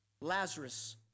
Lazarus